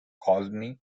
colony